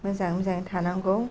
मोजाङै मोजां थानांगौ